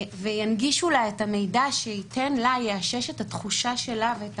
וינגישו לה את המידע שיאשש את התחושה שלה ואת